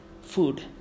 food